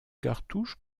cartouches